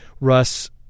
Russ